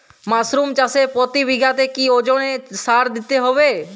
Mushroom চাষে প্রতি বিঘাতে কি ওজনে সার দিতে হবে?